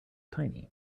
tiny